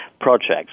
projects